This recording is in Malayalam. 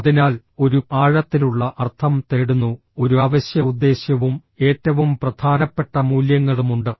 അതിനാൽ ഒരു ആഴത്തിലുള്ള അർത്ഥം തേടുന്നു ഒരു അവശ്യ ഉദ്ദേശ്യവും ഏറ്റവും പ്രധാനപ്പെട്ട മൂല്യങ്ങളുമുണ്ട്